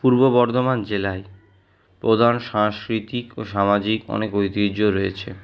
পূর্ব বর্ধমান জেলায় প্রধান সাংস্কৃতিক ও সামাজিক অনেক ঐতিহ্য রয়েছে